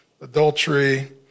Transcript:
adultery